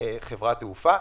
חברת תעופה.